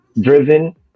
driven